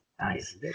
Nice